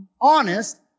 honest